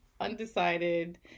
undecided